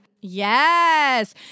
Yes